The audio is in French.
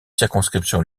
circonscription